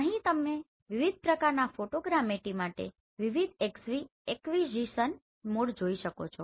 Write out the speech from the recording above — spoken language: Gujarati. અહીં તમે વિવિધ પ્રકારનાં ફોટોગ્રામેટ્રી માટે વિવિધ એક્વિઝિશન મોડ જોઈ શકો છો